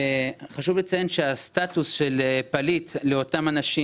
חשוב לציין שהסטטוס של פליט לאותם אנשים